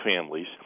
families